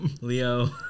Leo